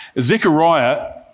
Zechariah